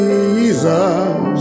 Jesus